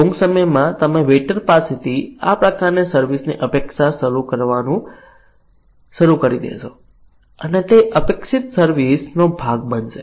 ટૂંક સમયમાં તમે વેઈટર પાસેથી આ પ્રકારની સર્વિસ ની અપેક્ષા કરવાનું શરૂ કરશો અને તે અપેક્ષિત સર્વિસ નો ભાગ બનશે